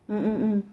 mm mm mm